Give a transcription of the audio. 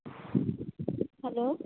hello